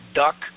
duck